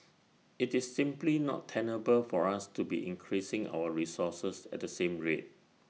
IT is simply not tenable for us to be increasing our resources at the same rate